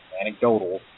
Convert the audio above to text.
anecdotal